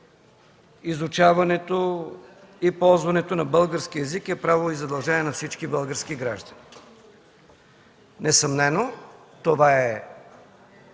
изучаването и ползването на българския език е право и задължение на всички български граждани. Несъмнено това е